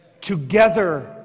together